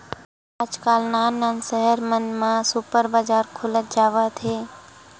आजकाल नान नान सहर मन म सुपर बजार खुलत जावत हे